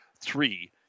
three